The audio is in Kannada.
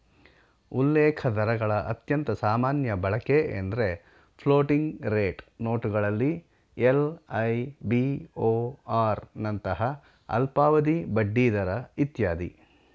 ಉಲ್ಲೇಖದರಗಳ ಅತ್ಯಂತ ಸಾಮಾನ್ಯ ಬಳಕೆಎಂದ್ರೆ ಫ್ಲೋಟಿಂಗ್ ರೇಟ್ ನೋಟುಗಳಲ್ಲಿ ಎಲ್.ಐ.ಬಿ.ಓ.ಆರ್ ನಂತಹ ಅಲ್ಪಾವಧಿ ಬಡ್ಡಿದರ ಇತ್ಯಾದಿ